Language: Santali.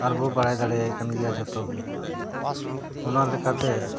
ᱟᱨᱵᱚᱱ ᱵᱟᱲᱟᱭ ᱫᱟᱲᱮᱭᱟᱭ ᱠᱟᱱ ᱜᱮᱭᱟ ᱡᱚᱛᱚᱜᱮ ᱚᱱᱟ ᱞᱮᱠᱟᱛᱮ